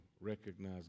recognize